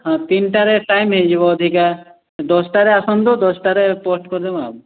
ହଁ ତିନିଟାରେ ଟାଇମ୍ ହୋଇଯିବ ଅଧିକା ଦଶଟାରେ ଆସନ୍ତୁ ଦଶଟାରେ ପୋଷ୍ଟ୍ କରିଦେବା ଆଉ